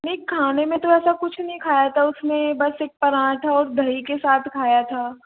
नहीं खाने में तो ऐसा कुछ नहीं खाया था उसने बस एक पराठा और दही के साथ खाया था